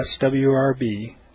swrb